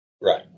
Right